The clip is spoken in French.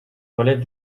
relève